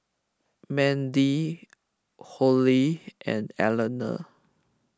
Mandie Hollie and Elena